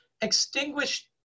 extinguished